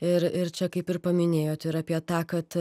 ir ir čia kaip ir paminėjot ir apie tą kad